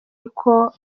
uko